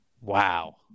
Wow